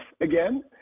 again